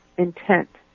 intent